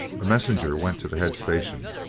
a messenger went to the head station.